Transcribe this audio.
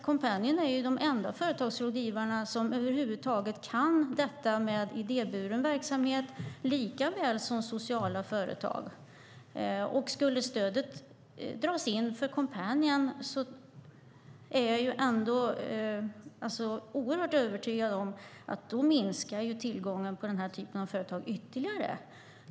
Coompanion är de enda företagsrådgivarna som över huvud taget kan detta med idéburen verksamhet lika väl som sociala företag. Skulle stödet till Coompanion dras in minskar - det är jag övertygad om - tillgången till den här typen av företag ytterligare.